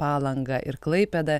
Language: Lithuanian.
palanga ir klaipėda